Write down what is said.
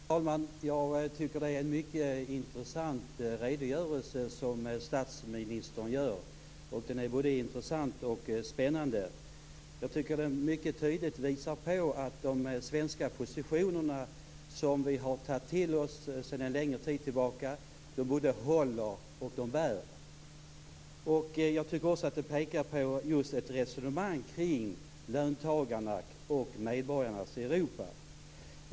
Fru talman! Jag tycker att det är en mycket intressant redogörelse som statsministern ger. Den är både intressant och spännande. Jag tycker att den mycket tydligt visar på att de svenska positionerna, som vi har tagit till oss sedan en lägre tid tillbaka, både håller och bär. Jag tycker också att den pekar på ett resonemang kring löntagarnas och medborgarnas Europa.